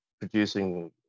producing